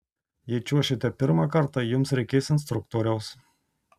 jei čiuošite pirmą kartą jums reikės instruktoriaus